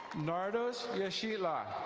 nardesh yashilla.